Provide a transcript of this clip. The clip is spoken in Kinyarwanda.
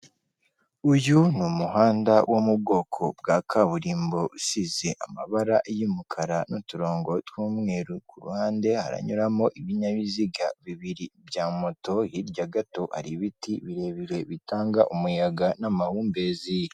Uyu ni umuhanda wo mu bwoko bwa kaburimbo usize amabara y'umukara n'uturongo tw'umweru ku ruhande, haranyuramo ibinyabiziga bibiri bya moto, hirya gato hari ibiti birebire bitanga umuyaga n'amahumbezi.